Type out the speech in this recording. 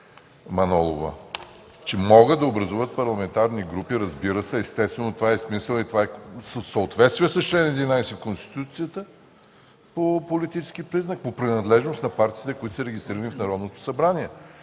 Манолова, че могат да образуват парламентарни групи. Разбира се, това е смисълът и е в съответствие с чл. 11 от Конституцията по политически признак, по принадлежност на партиите, които са регистрирани в Народното събрание.